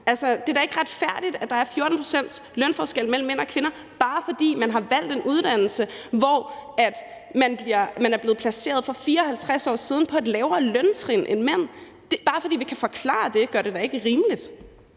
det er da ikke retfærdigt, at der er 14 pct.s lønforskel mellem mænd og kvinder, bare fordi man har valgt en uddannelse, hvor man for 54 år siden er blevet placeret på et lavere løntrin end mænd. Bare fordi vi kan forklare det, gør det det da ikke rimeligt.